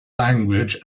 language